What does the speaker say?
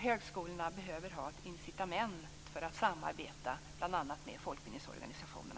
Högskolorna behöver ha ett incitament för att samarbeta bl.a. med folkbildningsorganisationerna.